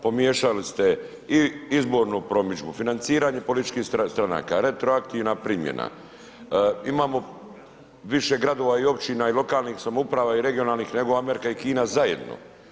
Pomiješali ste i izbornu promidžbu, financiranje političkih stranaka, retroaktivna primjena, imamo više gradova i općina i lokalnih samouprava i regionalnih nego Amerika i Kina zajedno.